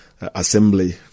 Assembly